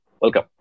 Welcome